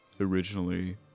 originally